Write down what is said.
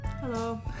Hello